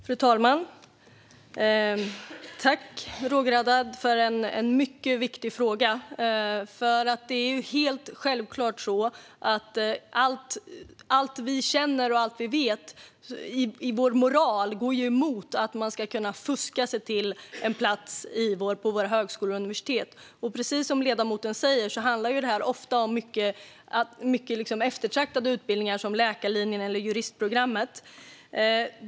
Fru talman! Tack, Roger Haddad, för en mycket viktig fråga! Helt självklart är det så att allt vi känner och vet i vår moral går emot att man ska kunna fuska sig till en plats på våra högskolor och universitet. Precis som ledamoten sa handlar det ofta om mycket eftertraktade utbildningar, som läkarlinjen eller juristprogrammet.